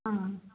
ಹಾಂ